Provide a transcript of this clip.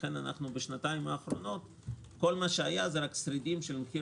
לכן בשנתיים האחרונות כל מה שהיה הוא רק שרידים של מחיר